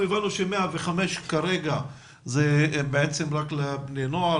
הבנו ש-105 כרגע הוא רק לבני נוער,